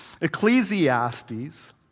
Ecclesiastes